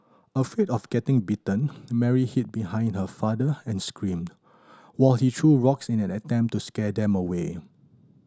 afraid of getting bitten Mary hid behind her father and screamed while he threw rocks in an attempt to scare them away